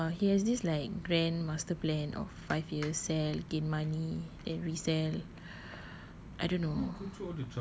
I don't know lah he has this like grand master plan of five years sell gain money then resell I don't know